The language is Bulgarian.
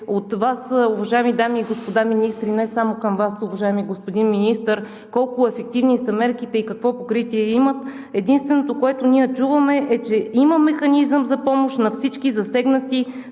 от Вас, уважаеми дами и господа министри, не само към Вас, уважаеми господин Министър, колко ефективни са мерките и какво покритие имат. Единственото, което ние чуваме, е, че има механизъм за помощ на всички засегнати